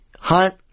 hunt